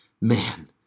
Man